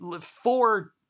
four